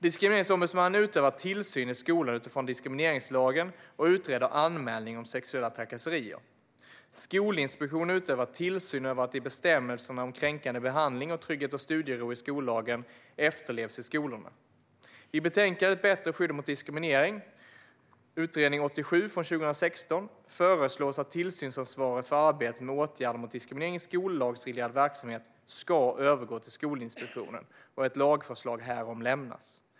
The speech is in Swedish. Diskrimineringsombudsmannen utövar tillsyn i skolan utifrån diskrimineringslagen och utreder anmälningar om sexuella trakasserier. Skolinspektionen utövar tillsyn över att bestämmelserna om kränkande behandling och trygghet och studiero i skollagen efterlevs i skolorna. I betänkandet Bättre skydd mot diskriminering föreslås att tillsynsansvaret för arbetet med åtgärder mot diskriminering i skollagsreglerad verksamhet ska övergå till Skolinspektionen och ett lagförslag härom lämnas.